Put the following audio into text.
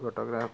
photograph